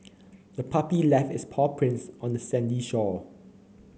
the puppy left its paw prints on the sandy shore